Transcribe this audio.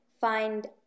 find